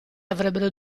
avrebbero